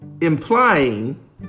implying